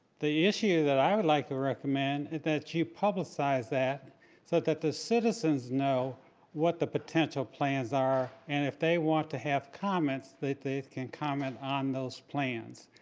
the issue that i would like to recommend is that you publicize that so that that the citizens know what the potential plans are and if they want to have comments, they they can comment on those plans.